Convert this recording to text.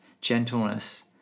gentleness